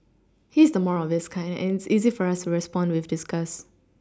he is the more obvious kind and it's easy for us respond with disgust